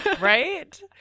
right